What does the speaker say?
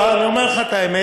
אני אומר לך את האמת,